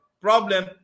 problem